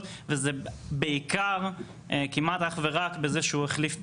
וזה בעיקר כמעט אך ורק בזה שהוא החליף פחם,